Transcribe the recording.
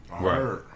Right